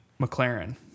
McLaren